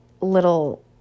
little